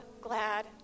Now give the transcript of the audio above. glad